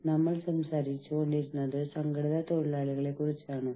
ഇന്ന് നമ്മൾ സംഘടിത തൊഴിലാളികളെ കുറിച്ച് സംസാരിക്കും